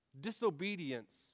disobedience